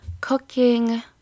cooking